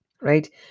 right